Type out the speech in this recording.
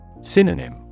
Synonym